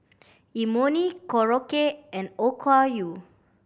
Imoni Korokke and Okayu